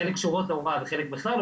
חלק קשורות להוראה וחלק בכלל לא,